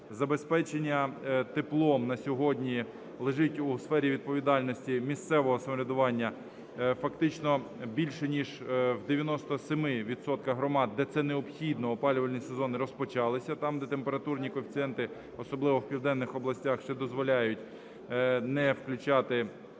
Забезпечення теплом на сьогодні лежить у сфері відповідальності місцевого самоврядування. Фактично більше ніж в 97 відсотків громад, де це необхідно, опалювальний сезон розпочався там, де температурні коефіцієнти, особливо в південних областях, ще дозволяють не включати окремих